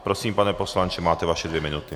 Prosím, pane poslanče, máte vaše dvě minuty.